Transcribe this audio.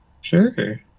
Sure